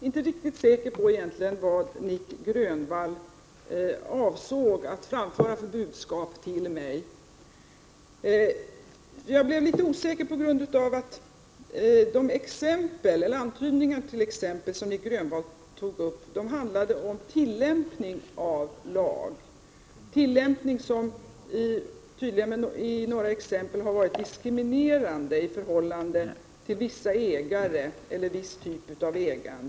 Herr talman! Jag är inte riktigt säker på vilket budskap Nic Grönvall egentligen avsåg att framföra till mig. Jag blev litet osäker på grund av att de exempel — eller antydningar till exempel — som Nic Grönvall tog upp handlade om tillämpning av lagen, en tillämpning som enligt Nic Grönvall i vissa fall tydligen har varit diskriminerande i förhållande till vissa ägare eller viss typ av ägande.